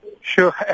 Sure